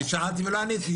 שאלתי ולא ענית לי.